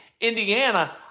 Indiana